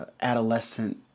adolescent